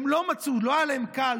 הן לא מצאו, לא היה להן קל.